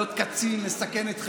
להיות קצין, לסכן את חייך,